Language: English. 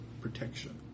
protection